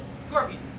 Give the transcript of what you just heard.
Scorpions